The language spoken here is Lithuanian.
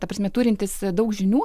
ta prasme turintys daug žinių